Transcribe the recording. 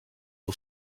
who